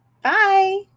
Bye